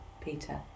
Peter